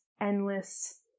endless